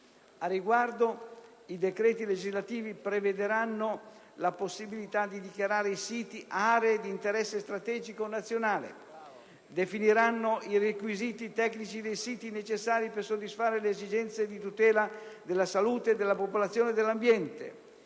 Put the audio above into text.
Al riguardo, i decreti legislativi prevederanno la possibilità di dichiarare i siti «aree di interesse strategico nazionale»; definiranno i requisiti tecnici dei siti necessari per soddisfare le esigenze di tutela della salute della popolazione e dell'ambiente;